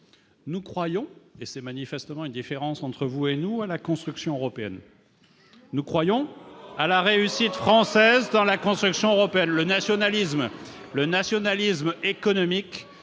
Nous croyons- c'est manifestement une différence entre vous et nous -à la construction européenne. Nous croyons à la réussite française dans le cadre de la construction européenne. Le nationalisme économique